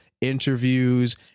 interviews